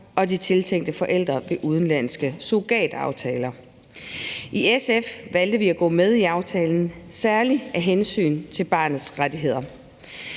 og de tiltænkte forældre ved udenlandske surrogataftaler. I SF valgte vi at gå med i aftalen, særlig af hensyn til barnets rettigheder.